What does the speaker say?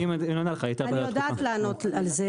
אני יודעת לענות על זה.